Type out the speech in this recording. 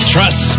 Trust